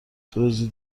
دزدی